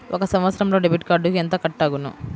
ఒక సంవత్సరంలో డెబిట్ కార్డుకు ఎంత కట్ అగును?